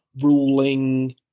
ruling